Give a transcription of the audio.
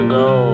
go